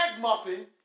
Muffin